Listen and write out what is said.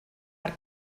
per